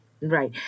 Right